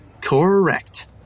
Correct